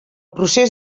procés